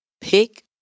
pick